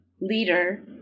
leader